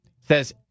says